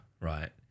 right